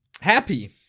Happy